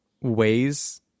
ways